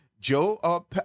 Joe